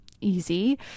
easy